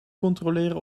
controleren